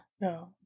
No